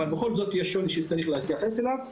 אבל בכל זאת יש שוני שצריך להתייחס אליו.